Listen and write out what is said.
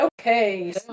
okay